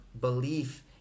belief